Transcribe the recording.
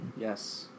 Yes